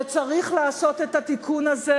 וצריך לעשות את התיקון הזה,